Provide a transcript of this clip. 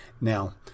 Now